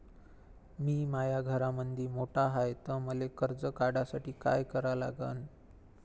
मी माया घरामंदी मोठा हाय त मले कर्ज काढासाठी काय करा लागन?